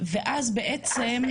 ואז בעצם מה